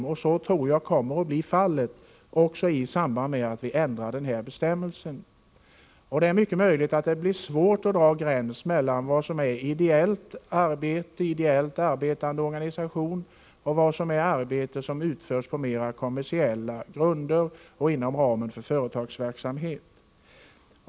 Det tror jag kommer att bli fallet också i samband med att vi ändrar denna bestämmelse. Det är mycket möjligt att det blir svårt att dra en gräns mellan vad som är arbete utfört av en ideellt arbetande organisation och arbete utfört på mera kommersiella grunder och inom ramen för företagsverksamhet.